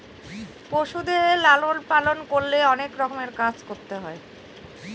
পশুদের লালন পালন করলে অনেক রকমের কাজ করতে হয়